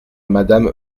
madame